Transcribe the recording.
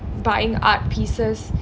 buying art pieces